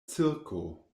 cirko